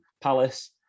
Palace